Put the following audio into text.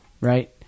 Right